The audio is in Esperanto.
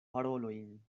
parolojn